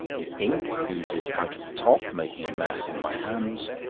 the ink oozes out of the top, making a mess on my hands,